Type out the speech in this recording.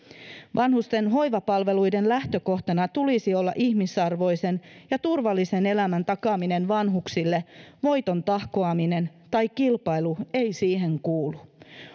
vanhusten hoivapalveluiden lähtökohtana tulisi olla ihmisarvoisen ja turvallisen elämän takaaminen vanhuksille voiton tahkoaminen tai kilpailu ei siihen kuulu